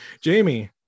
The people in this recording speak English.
Jamie